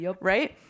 Right